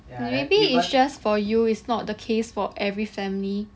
maybe it's just for you is not the case for every family